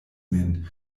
min